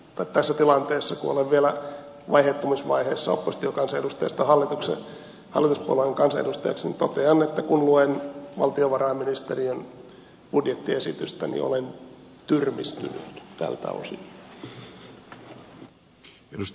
tässä tilanteessa kun olen vielä vaihettumisvaiheessa oppositiokansanedustajasta hallituspuolueen kansanedustajaksi totean että kun luen valtiovarainministeriön budjettiesitystä niin olen tyrmistynyt tältä osin